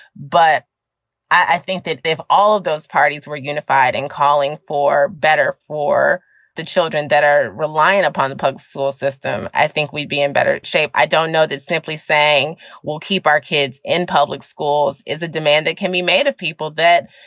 but i think that if all of those parties were unified in calling for better for the children that are relying upon the public school system, i think we'd be in better shape. i don't know that simply saying we'll keep our kids in public schools is a demand that can be made of people that,